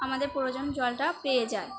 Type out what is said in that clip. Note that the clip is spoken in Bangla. আমাদের প্রয়োজনীয় জলটা পেয়ে যাই